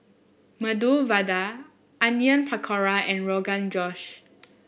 Medu Vada Onion Pakora and Rogan Josh